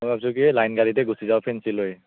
মই ভাবিছোঁ কি লাইন গাড়ীতে গুচি যাওঁ ফ্ৰেঞ্চিলৈ